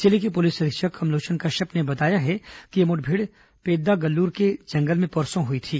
जिले के पुलिस अधीक्षक कमलोचन कश्यप ने बताया है कि यह मुठभेड़ पेद्दागल्लूर के जंगल में परसों हुई थी